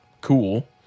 cool